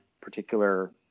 particular